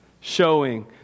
showing